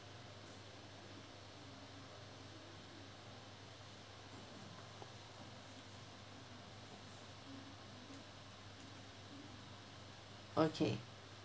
okay